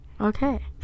Okay